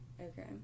Okay